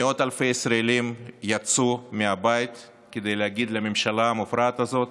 מאות אלפי ישראלים יצאו מהבית כדי להגיד לממשלה המופרעת הזאת: